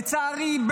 לצערי,